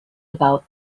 about